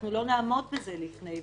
אנחנו לא נעמוד בזה לפני.